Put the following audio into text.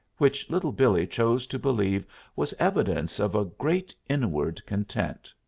which little billee chose to believe was evidence of a great inward content.